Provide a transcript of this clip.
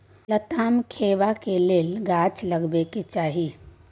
लताम खेबाक लेल गाछ लगेबाक चाही